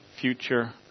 future